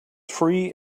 free